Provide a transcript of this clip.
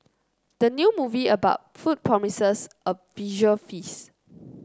the new movie about food promises a visual feast